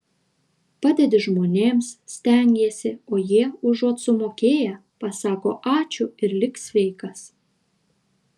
padedi žmonėms stengiesi o jie užuot sumokėję pasako ačiū ir lik sveikas